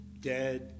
dead